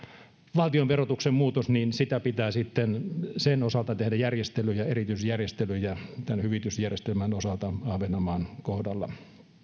valtionverotuksen muutos niin sitten sen osalta pitää tehdä erityisjärjestelyjä tämän hyvitysjärjestelmän osalta ahvenanmaan kohdalla